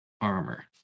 armor